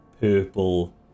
purple